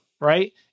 right